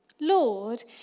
Lord